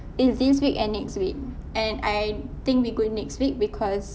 it's this week and next week and I think we're going next week because